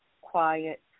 quiet